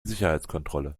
sicherheitskontrolle